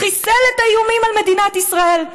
חיסל את האיומים על מדינת ישראל.